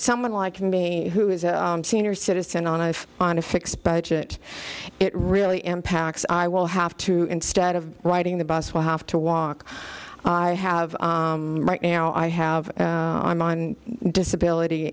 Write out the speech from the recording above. someone like me who is a senior citizen on a on a fixed budget it really impacts i will have to instead of riding the bus will have to walk i have right now i have i'm on disability